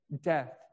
death